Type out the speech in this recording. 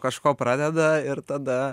kažko pradeda ir tada